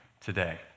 today